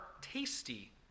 tasty